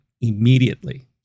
immediately